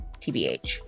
TBH